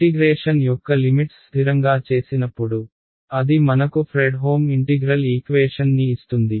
integration యొక్క limits స్ధిరంగా చేసినప్పుడు అది మనకు ఫ్రెడ్హోమ్ ఇంటిగ్రల్ ఈక్వేషన్ ని ఇస్తుంది